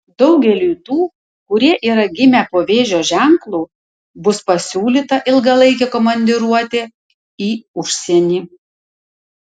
daugeliui tų kurie yra gimę po vėžio ženklu bus pasiūlyta ilgalaikė komandiruotė į užsienį